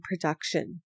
production